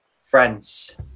Friends